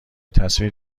تصویر